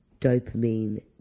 dopamine